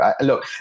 Look